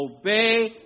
obey